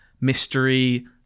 mystery